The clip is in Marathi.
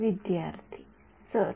विद्यार्थी सर